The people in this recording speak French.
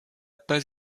pas